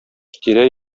тирә